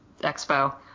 expo